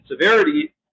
severity